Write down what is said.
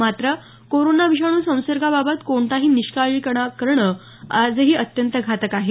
मात्र कोरोना विषाणू संसर्गाबाबत कोणताही निष्काळजीपणा करण आजही अत्यंत घातक आहे